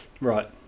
Right